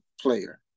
Player